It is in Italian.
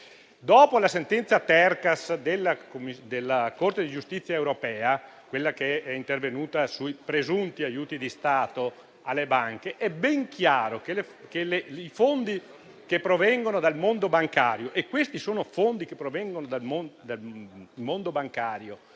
Dopo la sentenza Tercas della Corte di giustizia europea, quella che è intervenuta sui presunti aiuti di Stato alle banche, è ben chiaro che i fondi che provengono dal mondo bancario - e questi sono fondi che provengono dal mondo bancario